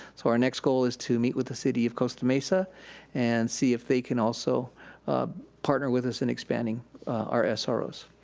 so our next goal is to meet with the city of costa mesa and see if they can also partner with us in expanding our ah sros.